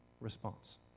response